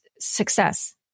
success